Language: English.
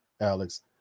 Alex